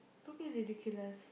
don't be ridiculous